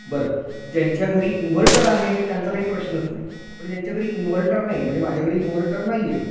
बरं ज्यांच्या घरी इन्व्हर्टर आहे त्यांचा काही प्रश्नच नाही पण ज्यांच्या घरी इन्वर्टर नाही म्हणजे माझ्या घरी इन्व्हर्टर नाही आहे